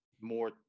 more